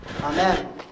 Amen